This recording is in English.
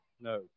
No